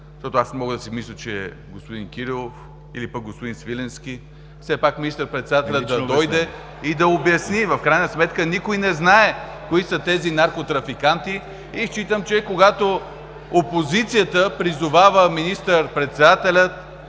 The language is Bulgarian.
защото аз мога да си мисля, че е господин Кирилов или пък господин Свиленски. Все пак министър-председателят да дойде и да обясни. В крайна сметка никой не знае кои са тези наркотрафиканти и считам, че когато опозицията призовава министър-председателя